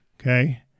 okay